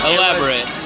Elaborate